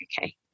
okay